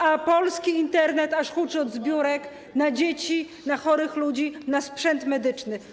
A polski Internet aż huczy od zbiórek na dzieci, na chorych ludzi, na sprzęt medyczny.